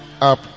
up